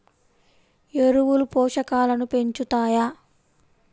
ఎరువులు పోషకాలను పెంచుతాయా?